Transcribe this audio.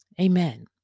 Amen